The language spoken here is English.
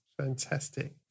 Fantastic